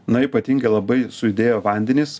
na ypatingai labai sujudėjo vandenys